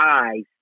eyes